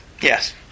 Yes